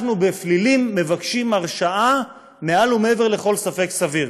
אנחנו בפלילים מבקשים הרשעה מעל ומעבר לכל ספק סביר.